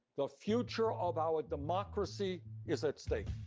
the future ah of our democracy is at stake.